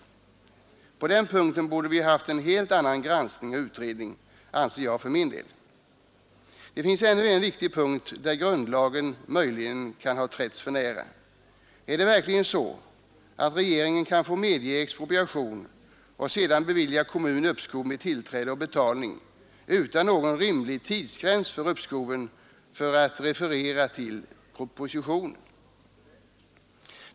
Jag anser för min del att vi på den punkten borde haft en helt annan granskning och utredning. Det finns ännu en viktig punkt, där grundlagen möjligen kan ha trätts för nära. Är det verkligen så att regeringen kan få medge expropriation och sedan bevilja kommunen uppskov med tillträde och betalning utan någon rimlig tidsgräns för uppskoven, för att referera till propositionen?